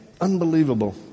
unbelievable